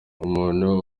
umuntu